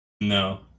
no